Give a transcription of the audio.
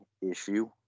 issue